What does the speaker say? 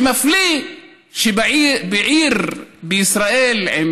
ומפליא שבעיר בישראל,